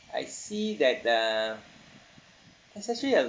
I see that uh especially a